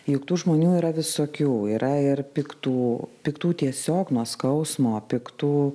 juk tų žmonių yra visokių yra ir piktų piktų tiesiog nuo skausmo piktų